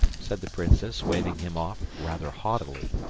said the princess, waving him off rather haughtily.